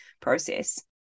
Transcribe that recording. process